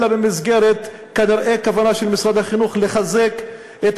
אלא במסגרת כוונה של משרד החינוך לחזק כנראה את